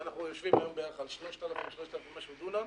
אז אנחנו יושבים היום ביחד על 3,000 ומשהו דונם.